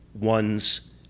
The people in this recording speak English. one's